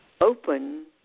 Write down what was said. open